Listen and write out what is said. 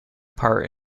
part